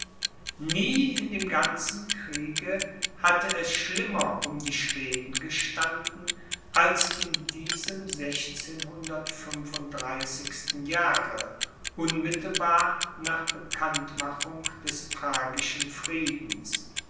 nie in dem ganzen kriege hatte es schlimmer um die schweden gestanden als in diesem jahre unmittelbar nach bekanntmachung des pragischen friedens